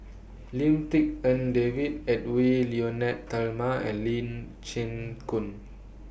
Lim Tik En David Edwy Lyonet Talma and Lee Chin Koon